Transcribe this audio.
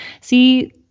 see